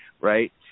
right